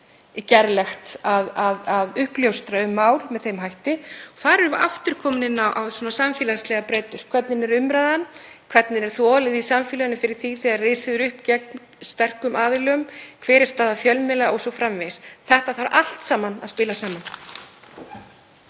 gerlegt að uppljóstra um mál með þeim hætti. Þar erum við aftur komin inn á samfélagslegar breytur; hvernig er umræðan, hvernig er þolið í samfélaginu fyrir því þegar risið upp gegn sterkum aðilum, hver er staða fjölmiðla o.s.frv.? Þetta þarf allt saman að spila saman.